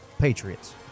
Patriots